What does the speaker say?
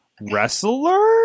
wrestler